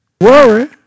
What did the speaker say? Worry